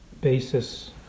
basis